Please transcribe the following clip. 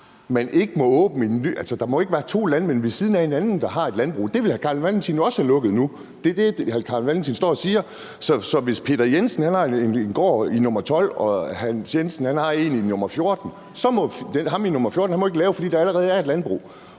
der ikke må være to landmænd ved siden af hinanden, der har et landbrug; at det vil hr. Carl Valentin også have lukket nu? Det er det, hr. Carl Valentin står og siger: Hvis Peter Jensen har en gård i nr. 12 og Hans Jensen har en i nr. 14, så må ham i nr. 14 ikke lave det, fordi der allerede er et landbrug.